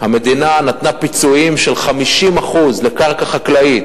המדינה נתנה פיצויים של 50% לקרקע חקלאית,